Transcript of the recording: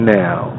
now